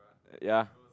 ya